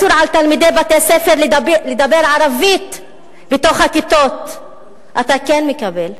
את האיסור על תלמידי בתי-ספר לדבר ערבית בתוך הכיתות אתה כן מקבל,